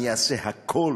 אז אני אעשה את הכול,